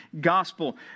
gospel